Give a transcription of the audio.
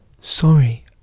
sorry